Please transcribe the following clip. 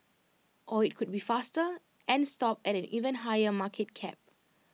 or IT could be faster and stop at an even higher market cap